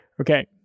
Okay